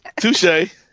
Touche